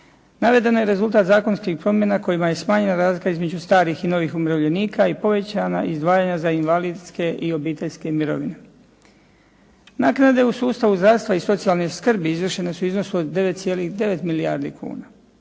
Navedeno je rezultat zakonskih promjena kojima je smanjena razlika između starih i novih umirovljenika i povećana izdvajanja za invalidske i obiteljske mirovine. Naknade u sustavu zdravstva i socijalne skrbi izvršene su u iznosu od 9,9 milijardi kuna.